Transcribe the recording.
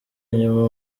inyuma